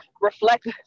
reflect